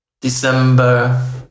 December